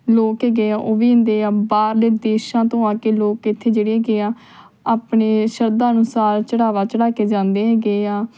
ਲੋਕ ਹੈਗੇ ਆ ਉਹ ਵੀ ਹੁੰਦੇ ਆ ਬਾਹਰਲੇ ਦੇਸ਼ਾਂ ਤੋਂ ਆ ਕੇ ਲੋਕ ਇੱਥੇ ਜਿਹੜੇ ਹੈਗੇ ਆ ਆਪਣੀ ਸ਼ਰਧਾ ਅਨੁਸਾਰ ਚੜ੍ਹਾਵਾ ਚੜ੍ਹਾ ਕੇ ਜਾਂਦੇ ਹੈਗੇ ਆ